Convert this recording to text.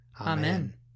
Amen